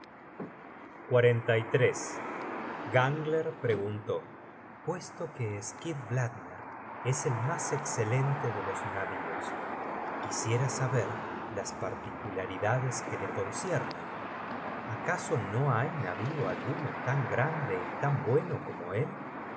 semejantes gangler preguntó puesto que skidbladner es el mas escelente de los navíos quisiera saber las particularidades que le conciernen acaso no hay navío alguno tan grande y tan bueno como él